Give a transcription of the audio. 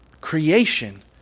creation